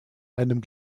einem